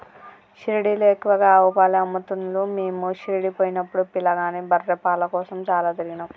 షిరిడీలో ఎక్కువగా ఆవు పాలే అమ్ముతున్లు మీము షిరిడీ పోయినపుడు పిలగాని బర్రె పాల కోసం చాల తిరిగినం